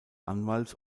anwalts